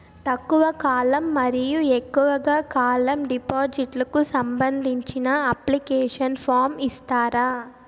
తక్కువ కాలం మరియు ఎక్కువగా కాలం డిపాజిట్లు కు సంబంధించిన అప్లికేషన్ ఫార్మ్ ఇస్తారా?